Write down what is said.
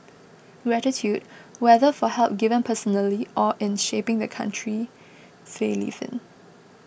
gratitude whether for help given personally or in shaping the country they live in